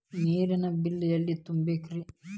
ನೇರಿನ ಬಿಲ್ ಎಲ್ಲ ತುಂಬೇಕ್ರಿ?